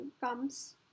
comes